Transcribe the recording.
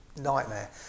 nightmare